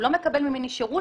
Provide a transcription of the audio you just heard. הוא לא מקבל שירות,